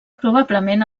probablement